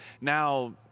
Now